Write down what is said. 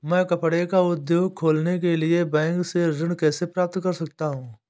मैं कपड़े का उद्योग खोलने के लिए बैंक से ऋण कैसे प्राप्त कर सकता हूँ?